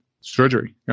surgery